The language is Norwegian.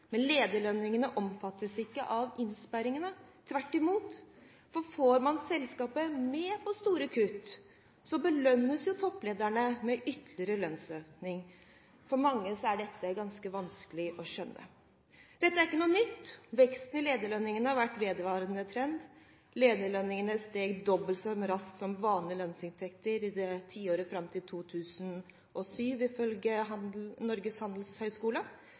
innsparingene. Tvert imot – får man selskapet med på store kutt, belønnes topplederne med ytterligere lønnsøkning. For mange er dette ganske vanskelig å skjønne. Dette er ikke noe nytt. Veksten i lederlønningene har vært en vedvarende trend, lederlønningene steg dobbelt så raskt som vanlige lønnsinntekter i tiåret fram til 2007, ifølge Norges Handelshøyskole.